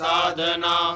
Sadhana